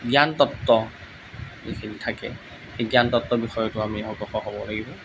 জ্ঞানতত্ত্ব যিখিনি থাকে সেই জ্ঞানতত্ত্ব বিষয়তো আমি অগ্ৰসৰ হ'ব লাগিব